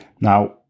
Now